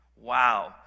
Wow